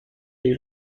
dei